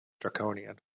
draconian